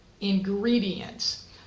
ingredients